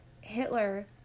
Hitler